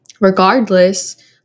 regardless